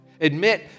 Admit